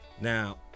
Now